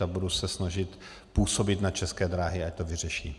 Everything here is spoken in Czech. A budu se snažit působit na České dráhy, ať to vyřeší.